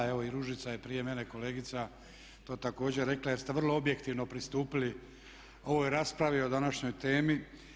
Evo i Ružica je evo prije mene kolegica to također rekla jer ste vrlo objektivno pristupili ovoj raspravi o današnjoj temi.